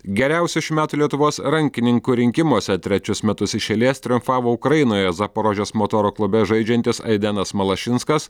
geriausio šių metų lietuvos rankininkų rinkimuose trečius metus iš eilės triumfavo ukrainoje zaporožės motoro klube žaidžiantis aidenas malašinskas